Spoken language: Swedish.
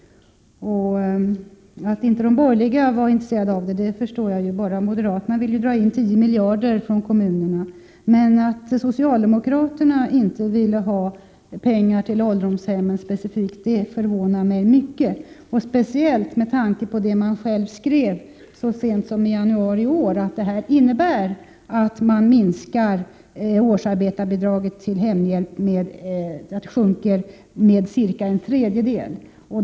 Att inte de borgerliga var intresserade förstår jag — bara moderaterna vill ju dra in 10 miljarder från kommunerna — men att socialdemokraterna inte ville ha pengar specifikt till ålderdomshemmen förvånar mig mycket, särskilt med tanke på det man själv skrev så sent som i januari i år, nämligen att detta innebär att årsarbetarbidraget till hemhjälpen sjunker med ungefär en tredjedel.